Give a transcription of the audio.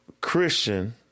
Christian